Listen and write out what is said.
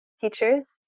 teachers